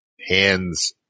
hands